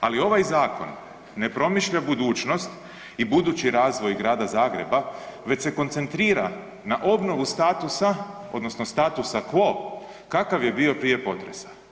ali ovaj zakon ne promišlja budućnost i budući razvoj grada Zagreba, već se koncentrira na obnovu statusa, odnosno statusa quo kakav je bio prije potresa.